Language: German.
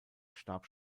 starb